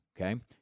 Okay